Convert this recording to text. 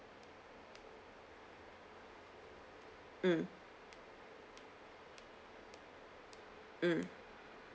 mm mm